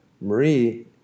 Marie